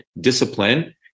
discipline